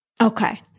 Okay